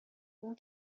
اون